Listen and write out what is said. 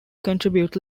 contribute